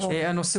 נקיים